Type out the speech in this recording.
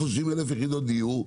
30,000 יחידות דיור,